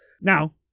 Now